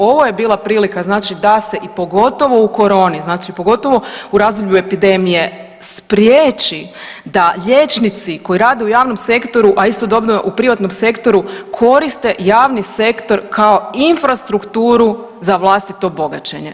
Ovo je bila prilika znači da se i pogotovo u koroni, znači pogotovo u razdoblju epidemije spriječi da liječnici koji rade u javnom sektoru, a istodobno u privatnom sektoru koriste javni sektor kao infrastrukturu za vlastito bogaćenje.